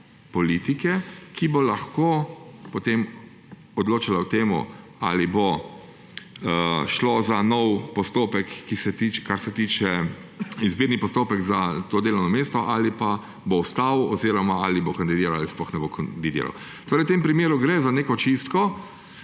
politike, ki bo lahko potem odločala o temu, ali bo šlo za nov izbirni postopek za to delovno mesto, torej ali pa bo ostal oziroma ali bo kandidiral ali sploh ne bo kandidiral. Torej, v tem primeru gre za neko čistko,